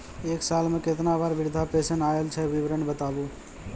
एक साल मे केतना बार वृद्धा पेंशन आयल छै विवरन बताबू?